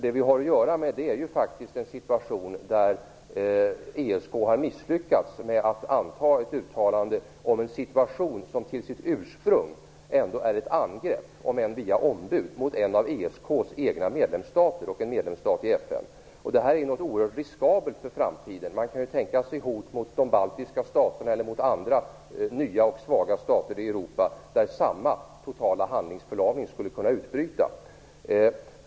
Det vi har att göra med är faktiskt en situation där ESK har misslyckats med att anta ett uttalande om en situation som till sitt ursprung ändå är ett angrepp, om än via ombud, mot en av ESK:s egna medlemsstater och en medlemsstat i FN. Detta är oerhört riskabelt inför framtiden. Man kan ju tänka sig hot mot de baltiska staterna eller mot andra nya och svaga stater i Europa, där samma totala handlingsförlamning skulle kunna utbryta.